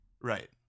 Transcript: right